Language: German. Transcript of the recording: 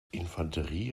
infanterie